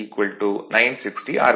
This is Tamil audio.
041000 960 ஆர்